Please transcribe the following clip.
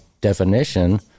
definition